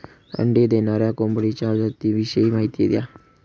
अंडी देणाऱ्या कोंबडीच्या जातिविषयी माहिती द्या